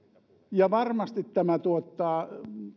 ja varmasti tämä tuottaa